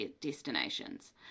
destinations